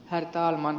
herr talman